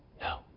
No